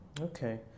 Okay